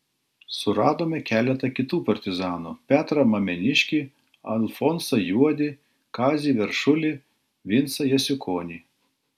suradome keletą kitų partizanų petrą mameniškį alfonsą juodį kazį veršulį vincą jasiukonį